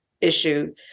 issue